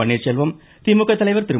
பன்னீர்செல்வம் கிணை திமுக கலைவர் திரு